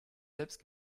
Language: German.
selbst